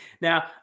Now